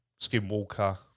skinwalker